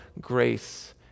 grace